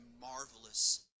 marvelous